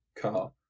car